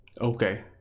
okay